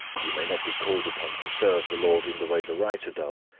you may not be called upon to serve the lord in the way the writer does,